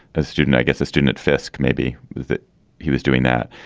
a student, i guess, a student at fisk. maybe that he was doing that.